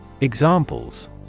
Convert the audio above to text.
Examples